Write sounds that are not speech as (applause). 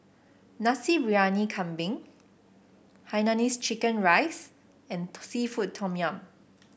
Nasi Briyani Kambing Hainanese Chicken Rice and (unintelligible) seafood Tom Yum